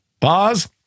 Pause